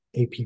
AP